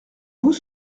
vous